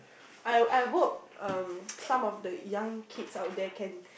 I I hope um some of the young kids out there can